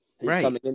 right